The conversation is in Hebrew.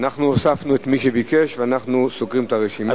אנחנו הוספנו את מי שביקש ואנחנו סוגרים את הרשימה.